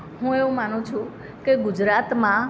હું એવું માનું છું કે ગુજરાતમાં